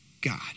God